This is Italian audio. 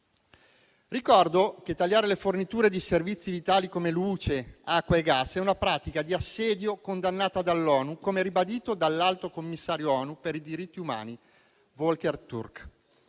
Ricordo che tagliare le forniture di servizi vitali come luce, acqua e gas è una pratica di assedio condannata dall'ONU, come ribadito dall'alto commissario ONU per i diritti umani, Volker Türk.